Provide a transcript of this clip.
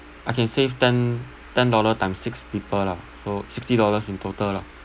I can save ten ten dollar time six people lah so sixty dollars in total lah